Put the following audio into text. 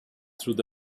through